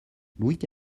louis